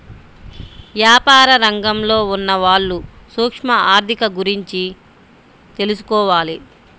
యాపార రంగంలో ఉన్నవాళ్ళు సూక్ష్మ ఆర్ధిక గురించి తెలుసుకోవాలి